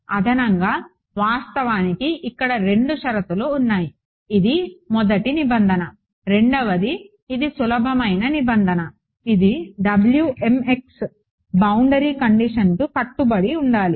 అదనంగా వాస్తవానికి ఇక్కడ రెండు షరతులు ఉన్నాయి ఇది మొదటి నిబంధన రెండవది ఇది సులభమైన నిబంధన ఇది Wmx బౌండరీ కండిషన్కు కట్టుబడి ఉండాలి